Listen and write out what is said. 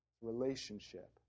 relationship